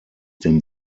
dem